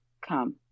Come